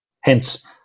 Hence